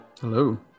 hello